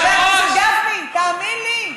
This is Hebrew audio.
חבר הכנסת גפני, תאמין לי.